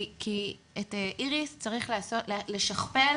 כי את איריס צריך לשכפל